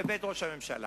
בבית ראש הממשלה.